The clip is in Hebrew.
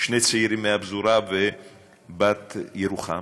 שני צעירים מהפזורה ובת ירוחם.